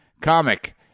comic